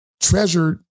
treasured